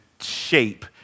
shape